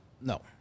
No